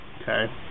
okay